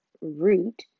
root